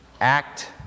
act